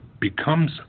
becomes